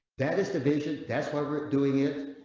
that is the vision. that's why we're doing it.